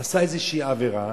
עשה איזושהי עבירה,